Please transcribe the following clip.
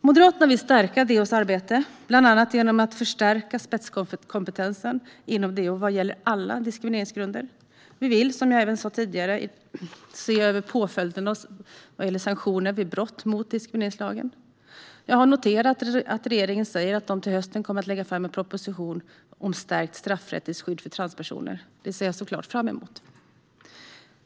Moderaterna vill stärka DO:s arbete, bland annat genom att förstärka spetskompetensen inom DO vad gäller alla diskrimineringsgrunder. Vi vill, som jag även sa tidigare, se över påföljderna och sanktionerna vid brott mot diskrimineringslagen. Jag har noterat att regeringen säger att man till hösten kommer att lägga fram en proposition om stärkt straffrättsligt skydd för transpersoner. Det ser jag såklart fram emot.